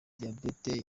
diyabete